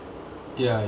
ya ya